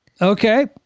Okay